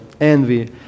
envy